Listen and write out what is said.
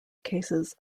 cases